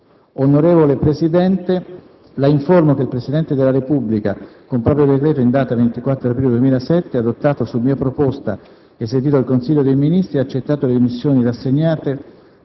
Onorevole Presidente, La informo che il Presidente della Repubblica con proprio decreto in data 24 aprile 2007, adottato su mia proposta e sentito il Consiglio dei Ministri, ha accettato le dimissioni rassegnate